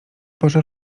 porze